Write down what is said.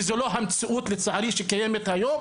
זו לא המציאות שקיימת היום,